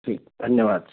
जी धन्यवाद